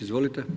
Izvolite.